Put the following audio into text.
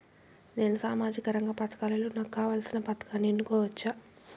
నేను సామాజిక రంగ పథకాలలో నాకు కావాల్సిన పథకాన్ని ఎన్నుకోవచ్చా?